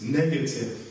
negative